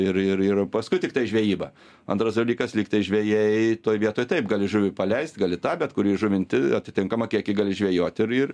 ir ir ir paskui tiktai žvejyba antras dalykas lyg tai žvejai toj vietoj taip gali žuvį paleisti gali tą bet kur įžuvinti atitinkamą kiekį gali žvejot ir ir